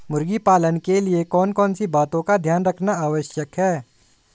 मुर्गी पालन के लिए कौन कौन सी बातों का ध्यान रखना आवश्यक है?